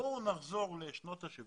בואו נחזור לשנות ה-70